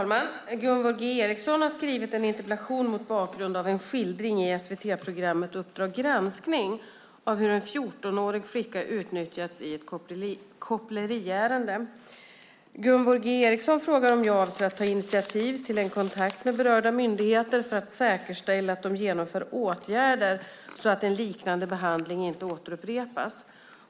Fru talman! Gunvor G Ericson har skrivit en interpellation mot bakgrund av en skildring i SVT-programmet Uppdrag granskning av hur en 14-årig flicka utnyttjas i ett koppleriärende. Gunvor G Ericson frågar om jag avser att ta initiativ till en kontakt med berörda myndigheter för att säkerställa att de genomför åtgärder så att en liknande behandling inte återupprepas.